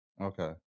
Okay